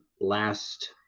last